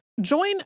Join